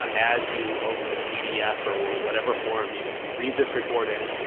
ah as you open the pdf or whatever form you you read this report in,